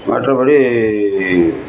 மற்றபடி